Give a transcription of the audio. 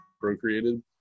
procreated